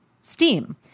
steam